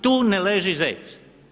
Tu ne leži zec.